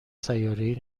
سیارهای